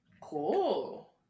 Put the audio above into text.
Cool